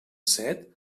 set